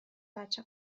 بچه